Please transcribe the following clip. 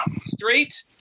Straight